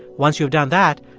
once you've done that,